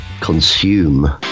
Consume